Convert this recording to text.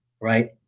right